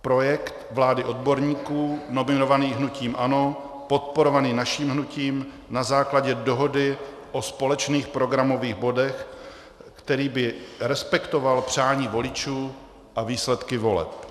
Projekt vlády odborníků nominovaných hnutím ANO, podporovaný naším hnutím na základě dohody o společných programových bodech, který by respektoval přání voličů a výsledky voleb.